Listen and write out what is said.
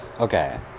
okay